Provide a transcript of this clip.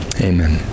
Amen